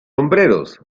sombreros